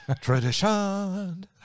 Tradition